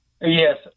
Yes